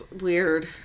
weird